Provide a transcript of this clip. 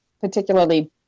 particularly